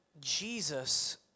Jesus